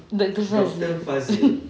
doctor fazil